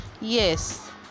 Yes